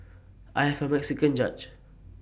I have A Mexican judge